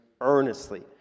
earnestly